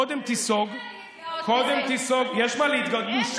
קודם תיסוג, אין מה להתגאות בזה.